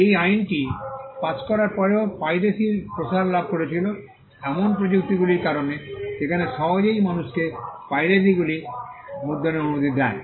এই আইনটি পাস করার পরেও পাইরেসির প্রসার লাভ করেছিল এমন প্রযুক্তিগুলির কারণে যেগুলি সহজেই মানুষকে পাইরেসিগুলি মুদ্রণের অনুমতি দেয়